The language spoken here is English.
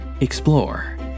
Explore